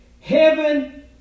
Heaven